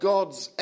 God's